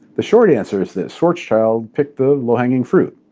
the short answer is that schwarzschild picked the low hanging fruit.